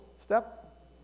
step